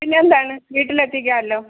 പിന്നെന്താണ് വീട്ടിൽ എത്തിക്കാമല്ലോ